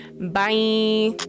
Bye